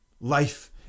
life